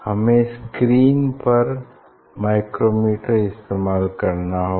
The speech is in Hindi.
हमें स्क्रीन पर माइक्रोमीटर इस्तेमाल करना होगा